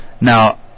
Now